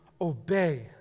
obey